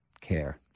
care